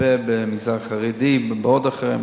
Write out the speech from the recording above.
הרבה במגזר החרדי ובעוד אחרים,